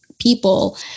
people